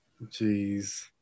Jeez